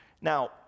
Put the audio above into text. Now